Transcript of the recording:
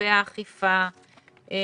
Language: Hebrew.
לגבי האכיפה.